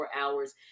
hours